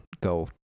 go